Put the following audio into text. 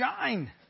shine